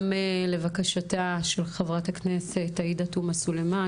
גם לבקשתה של חברת הכנסת עאידה תומא סלימאן,